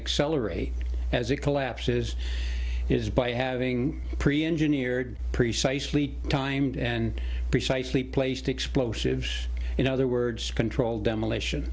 accelerate as it collapses is by having pre engineered precisely timed and precisely placed explosives in other words controlled demolition